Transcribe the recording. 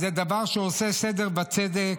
אז זה דבר שעושה סדר בצדק.